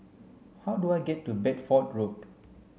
how do I get to Bedford Road